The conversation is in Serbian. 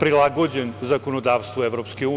prilagođen zakonodavstvu EU.